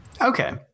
Okay